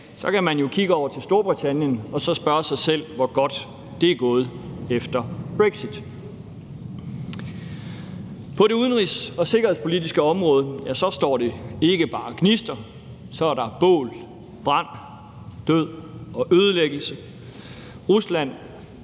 EU, kan man jo kigge over til Storbritannien og spørge sig selv, hvor godt det er gået efter brexit. På det udenrigs- og sikkerhedspolitiske område slår det ikke bare gnister; der er bål, brand, død og ødelæggelse. Rusland